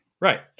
Right